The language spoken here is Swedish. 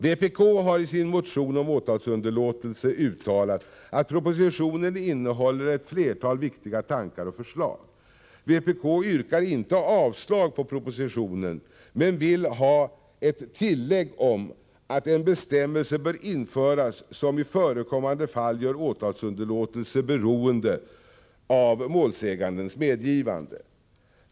Vpk har i sin motion om åtalsunderlåtelse uttalat att propositionen innehåller ett flertal viktiga tankar och förslag. Vpk yrkar inte avslag på propositionen men vill ha ett tillägg om att en bestämmelse bör införas som i förekommande fall gör åtalsunderlåtelse beroende av målsägandens medgivande.